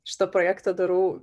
šitą projektą darau